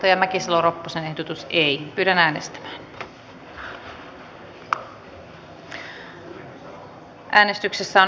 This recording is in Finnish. merja mäkisalo ropponen on